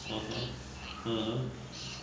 mmhmm